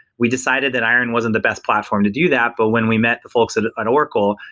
we decided that iron wasn't the best platform to do that, but when we met the folks at and oracle,